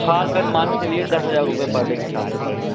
हाँ मान के चलिए दस हजार रुपये पर डे के हिसाब से पड़ेगा